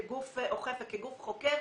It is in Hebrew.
כגוף אוכף וכגוף חוקר,